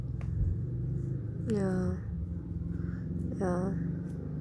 ya ya